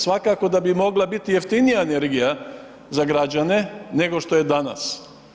Svakako da bi mogla biti jeftinija energija za građane nego što je danas.